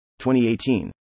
2018